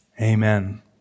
Amen